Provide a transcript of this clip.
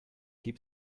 keep